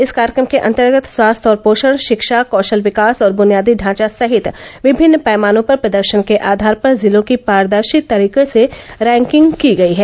इस कार्यक्रम के अंतर्गत स्वास्थ्य और पोषण शिक्षा कौशल विकास और बुनियादी ढांचा सहित विभिन्न पैमानों पर प्रदर्शन के आधार पर जिलों की पारदर्शी तरीके से रैंकिंग की गई है